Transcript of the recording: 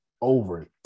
over